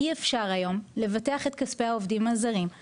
אי אפשר היום לבטח את כספי העובדים הזרים בקרן פנסיה.